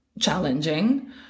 challenging